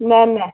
न न